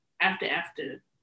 after-after